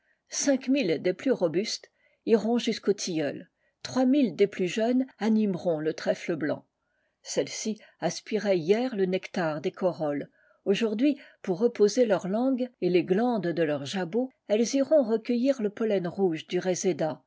mille des plus robustes iront jusqu'aux tilleuls trois mille des plus jeunes animeront le trèfle blanc celles-ci aspiraient hier le nectar des corolles aujourd'hui pour reposer leur langue et les glandes de leur jabot elles iront recueillir le pollen rouge du réséda